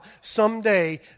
someday